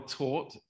taught